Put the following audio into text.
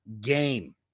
game